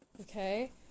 Okay